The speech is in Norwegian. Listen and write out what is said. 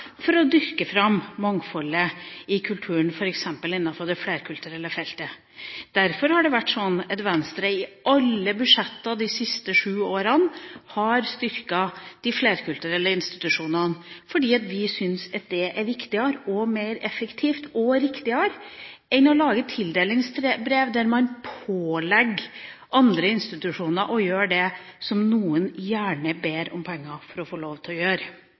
for å dyrke fram mangfoldet i kulturen, f.eks. innenfor det flerkulturelle feltet. Derfor har det vært slik at Venstre i alle budsjetter de siste sju årene har styrket de flerkulturelle institusjonene, fordi vi syns det er viktigere, mer effektivt og riktigere enn å lage tildelingsbrev hvor man pålegger andre institusjoner å gjøre det som noen gjerne ber om penger for å få lov til å gjøre.